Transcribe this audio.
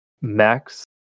Max